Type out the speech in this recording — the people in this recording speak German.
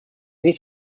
nicht